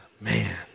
Man